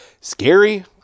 scary